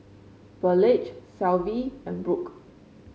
Burleigh Shelvie and Brook